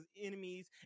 enemies